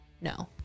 no